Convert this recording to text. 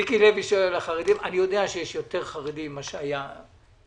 אני יודע שיש יותר חרדים מכפי שהיה בעבר,